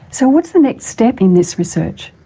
so what's the next step in this research?